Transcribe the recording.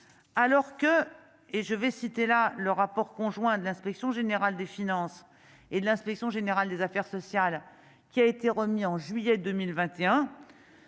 alors que, et je vais citer la le rapport conjoint de l'Inspection générale des finances. Et de l'Inspection générale des affaires sociales, qui a été remis en juillet 2021,